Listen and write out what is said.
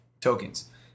tokens